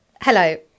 Hello